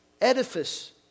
edifice